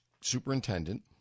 superintendent